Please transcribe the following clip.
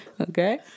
Okay